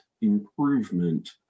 improvement